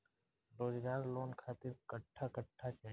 रोजगार लोन खातिर कट्ठा कट्ठा चाहीं?